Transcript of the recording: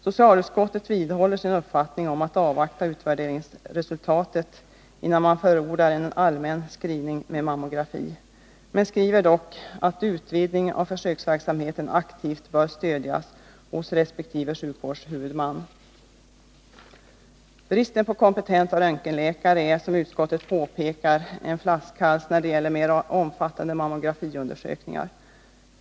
Socialutskottet vidhåller sin uppfattning att man bör avvakta utredningsresultatet innan man förordar allmän mammografiundersökning men skriver att en utvidgning av försöksverksamheten aktivt bör stödjas hos resp. sjukvårdshuvudman. Bristen på kompetenta röntgenläkare är, som utskottet påpekar, en flaskhals när det gäller mer omfattande mammografiundersökningar.